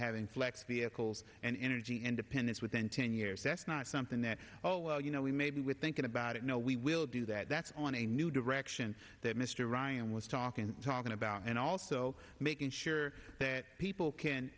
having flex vehicles and energy independence within ten years that's not something that you know we made with thinking about it no we will do that that's on a new direction that mr ryan was talking talking about and also making sure that people can